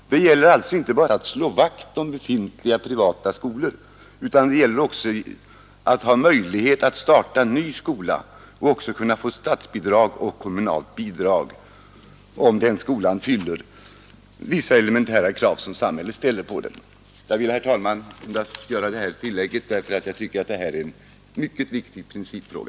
Det gäller alltså inte bara att slå vakt om befintliga privatskolor, utan det gäller också att ha möjlighet att starta en ny skola och också att få statsbidrag och kommunalt bidrag om den skolan fyller vissa formella krav som samhället ställer på den. Jag har, herr talman, velat göra detta tillägg för att jag anser att detta är en mycket viktig principfråga.